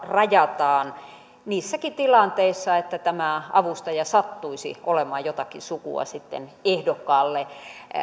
rajataan niissäkin tilanteissa joissa tämä avustaja sattuisi olemaan jotakin sukua ehdokkaalle